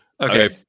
Okay